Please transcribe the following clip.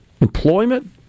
employment